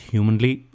Humanly